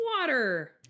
water